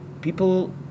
people